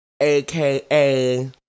aka